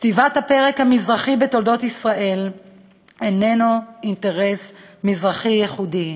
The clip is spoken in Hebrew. כתיבת הפרק המזרחי בתולדות ישראל איננו אינטרס מזרחי ייחודי.